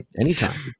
Anytime